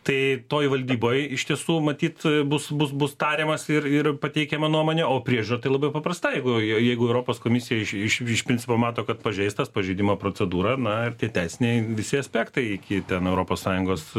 tai toj valdyboj iš tiesų matyt bus bus bus tariamasi ir ir pateikiama nuomonė o priežiūra tai labai paprasta jeigu jeigu europos komisijai išryškins pamato kad pažeistas pažeidimo procedūra na ar tie teisiniai visi aspektai iki ten europos sąjungos